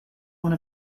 one